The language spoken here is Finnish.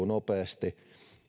nopeasti